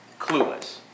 Clueless